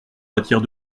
matière